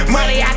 Money